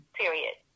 period